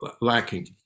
lacking